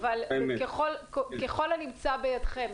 אנחנו תכף נגיע אליהן אבל ככל הנמצא בידיכם,